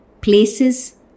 places